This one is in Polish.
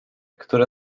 które